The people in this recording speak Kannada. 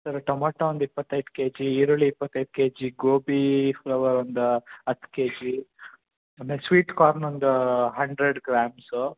ಸರ್ ಟಮಟೋ ಒಂದು ಇಪ್ಪತ್ತೈದು ಕೆ ಜಿ ಈರುಳ್ಳಿ ಇಪ್ಪತ್ತೈದು ಕೆ ಜಿ ಗೋಬೀ ಫ್ಲವರ್ ಒಂದು ಹತ್ತು ಕೆ ಜಿ ಆಮೇಲೆ ಸ್ವೀಟ್ ಕಾರ್ನ್ ಒಂದು ಹಂಡ್ರೆಡ್ ಗ್ರಾಮ್ಸ್